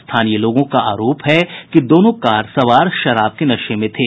स्थानीय लोगों का आरोप है कि दोनों कार सवार शराब के नशे में थे